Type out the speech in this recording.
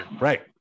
right